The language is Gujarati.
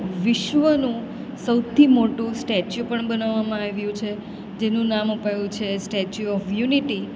વિશ્વનું સૌથી મોટું સ્ટેચ્યુ પણ બનાવવામાં આવ્યું છે જેનું નામ અપાયું છે સ્ટેચ્યુ ઓફ યુનિટી